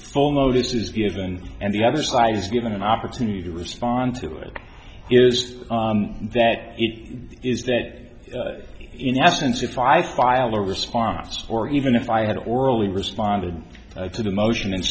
full notice is given and the other side is given an opportunity to respond to it is that it is that in essence if i filed a response or even if i had already responded to the motion and